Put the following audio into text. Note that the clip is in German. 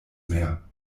mehr